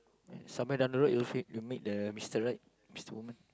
somewhere on the road you'll fate the you'll meet the mr right mr woman